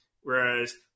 whereas